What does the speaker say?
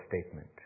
statement